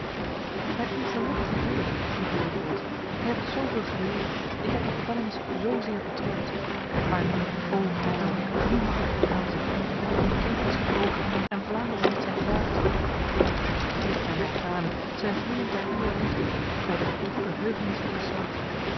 mijn ongelukkige broeder ging gwyde voort gij hebt zoveel geleden ik heb uw gevangenis zozeer betreurd maar nu o heil nu mag ik u omhelzen gij hebt uw ketens gebroken en vlaanderen heeft zijn graaf terug vergeef mij mijn tranen zij vloeien ter uwer liefde bij de droeve heugenis uwer smart